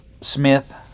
Smith